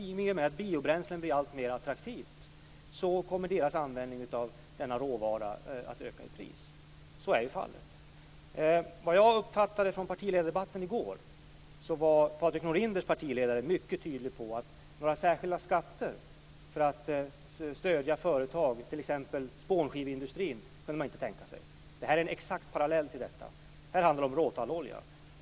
I och med att biobränslen blir alltmer attraktiva kommer företagets kostnader för användning av denna råvara att öka. Så är ju fallet. Från partiledardebatten i går uppfattade jag att Patrik Norinders partiledare var mycket tydlig när det gäller särskilda skatter för att stödja företag, t.ex. spånskiveindustrin. Sådana skatter kunde man inte tänka sig. Här har vi en exakt parallell till det. I detta fall handlar det om råtallolja.